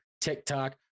TikTok